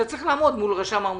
אתה צריך לעמוד מול רשם העמותות,